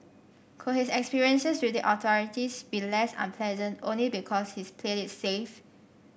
could his experiences with the authorities be less unpleasant only because he's played it safe